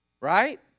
Right